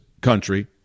country